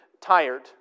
tired